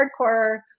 hardcore